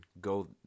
go